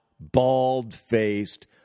bald-faced